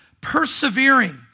persevering